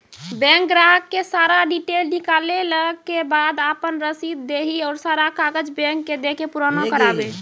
Bank ग्राहक के सारा डीटेल निकालैला के बाद आपन रसीद देहि और सारा कागज बैंक के दे के पुराना करावे?